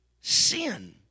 sin